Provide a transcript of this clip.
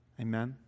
Amen